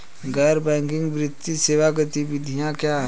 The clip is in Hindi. गैर बैंकिंग वित्तीय सेवा गतिविधियाँ क्या हैं?